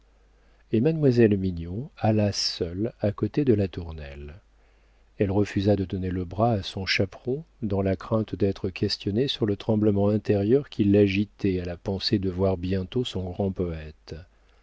et mademoiselle mignon alla seule à côté de latournelle elle refusa de donner le bras à son chaperon dans la crainte d'être questionnée sur le tremblement intérieur qui l'agitait à la pensée de voir bientôt son grand poëte